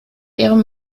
ihrem